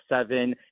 seven